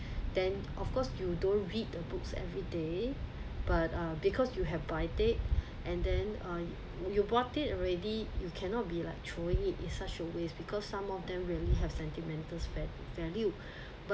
then of course you don't read the books every day but uh because you have by date and then uh you bought it already you cannot be like throwing it is such a waste because some of them really have sentimental va~ value but